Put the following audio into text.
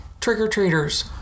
trick-or-treaters